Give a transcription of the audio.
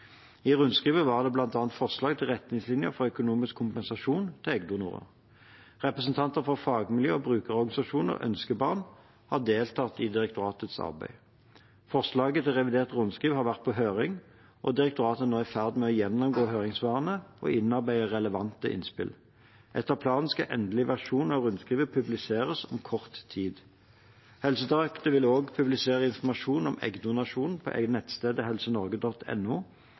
I rundskrivet var det bl.a. forslag til retningslinjer for økonomisk kompensasjon til eggdonorer. Representanter for fagmiljøer og brukerorganisasjonen Ønskebarn har deltatt i direktoratets arbeid. Forslaget til revidert rundskriv har vært på høring, og direktoratet er nå i ferd med å gjennomgå høringssvarene og innarbeide relevante innspill. Etter planen skal endelig versjon av rundskrivet publiseres om kort tid. Helsedirektoratet vil også publisere informasjon om eggdonasjon på nettstedet